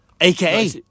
aka